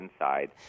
inside